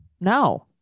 no